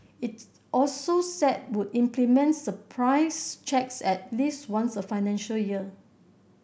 it also said would implement surprise checks at least once a financial year